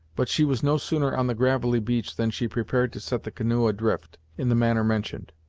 but she was no sooner on the gravelly beach than she prepared to set the canoe adrift, in the manner mentioned.